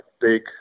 big